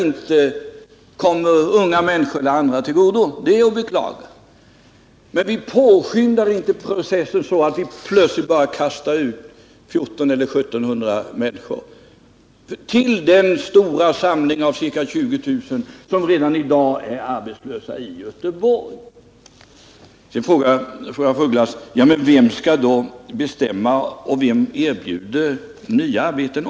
Tyvärr kommer inte unga människor eller andra arbetssökande att ha en del arbetstillfällen vid varven att söka sig till. Det är att beklaga. Men vi påskyndar inte processen så att vi plötsligt bara kastar ut 1400 eller 1 700 människor till den stora samling av ca 20 000 som redan i dag är arbetslösa i Göteborg. Sedan frågar fru af Ugglas: Men vem skall då bestämma och vem erbjuder nya arbeten?